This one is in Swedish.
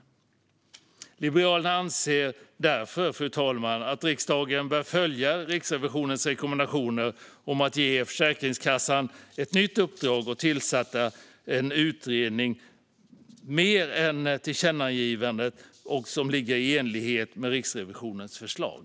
Liberalerna anser därför, fru talman, att riksdagen bör följa Riksrevisionens rekommendationer om att ge Försäkringskassan ett nytt uppdrag och tillsätta en utredning, mer än tillkännagivandet, som är i enlighet med Riksrevisionens förslag.